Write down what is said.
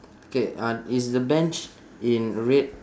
K uh is the bench in red